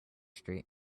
street